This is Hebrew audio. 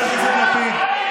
פושע.